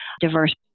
diverse